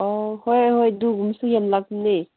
ꯑꯣ ꯍꯣꯏ ꯍꯣꯏ ꯑꯗꯨꯒꯨꯝꯕꯁꯨ ꯌꯥꯝ ꯂꯥꯛꯄꯅꯦ